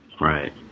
Right